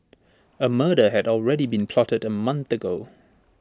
A murder had already been plotted A month ago